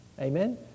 Amen